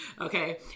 Okay